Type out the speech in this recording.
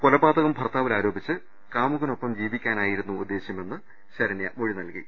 കൊലപാതകം ഭർത്താവിൽ ആരോപിച്ച് കാമുകനൊപ്പം ജീവിക്കാനായിരുന്നു ഉദ്ദേശ്യമെന്ന് ശരണ്യ മൊഴി നൽകി